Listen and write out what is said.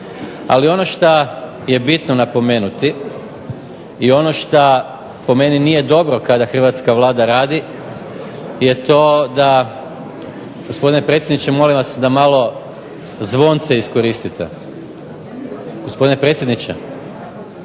Ali ono šta je bitno napomenuti i ono šta po meni nije dobro kada hrvatska Vlada radi je to da... Gospodine predsjedniče molim vas da malo zvonce iskoristite. Gospodine predsjedniče,